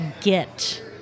get